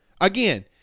Again